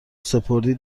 سپردی